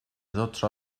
dotze